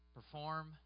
Perform